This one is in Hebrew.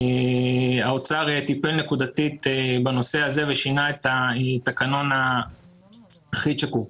האוצר טיפל נקודתית בנושא הזה ושינה את התקנון כך שמשנע